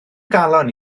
galon